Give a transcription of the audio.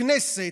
הכנסת,